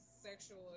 sexual